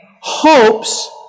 hopes